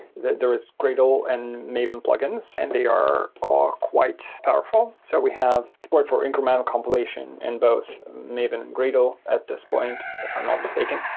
there is gradle and maven plugins, and they are ah quite powerful. so we have support for incremental compilation in both maven and gradle at this point if i'm not mistaken.